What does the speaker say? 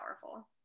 powerful